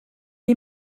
est